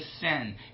sin